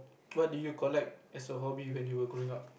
what did you collect as a hobby when you were growing up